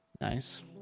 Nice